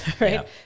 right